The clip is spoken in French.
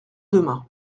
demain